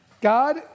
God